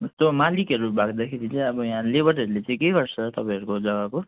जस्तो मालिकहरू भाग्दाखेरि चाहिँ अब यहाँ लेबरहरूले चाहिँ के गर्छ तपाईँहरूको जग्गाको